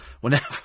whenever